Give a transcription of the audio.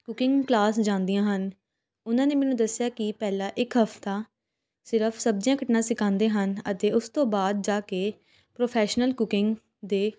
cooking class ਜਾਂਦੀਆਂ ਹਨ ਉਹਨਾਂ ਨੇ ਮੈਨੂੰ ਦੱਸਿਆ ਕਿ ਪਹਿਲਾਂ ਇੱਕ ਹਫਤਾ ਸਿਰਫ ਸਬਜ਼ੀਆਂ ਕੱਟਣਾ ਸਿਖਾਉਂਦੇ ਹਨ ਅਤੇ ਉਸ ਤੋਂ ਬਾਅਦ ਜਾ ਕੇ ਪ੍ਰੋਫੈਸ਼ਨਲ ਕੁਕਿੰਗ ਦੇ